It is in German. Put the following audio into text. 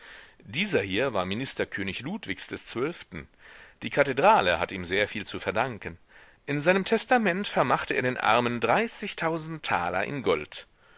dieser hier war minister könig ludwigs des zwölften die kathedrale hat ihm sehr viel zu verdanken in seinem testament vermachte er den armen dreißigtausend taler in gold